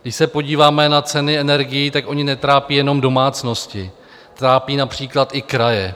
Když se podíváme na ceny energií, tak ony netrápí jenom domácnosti, trápí například i kraje.